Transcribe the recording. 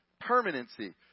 Permanency